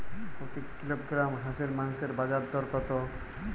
প্রতি কিলোগ্রাম হাঁসের মাংসের বাজার দর কত?